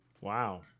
wow